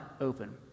open